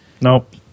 Nope